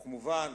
וכמובן,